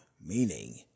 meaning